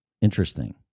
Interesting